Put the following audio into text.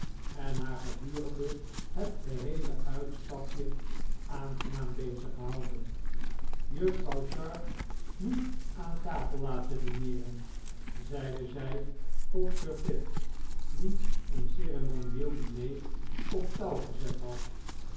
en haar gedurende het geheele uitstapje aangenaam bezig gehouden juffrouw sharp niet aan tafel laten dineeren zeide zij tot sir pitt die een ceremonieel diner op touw gezet had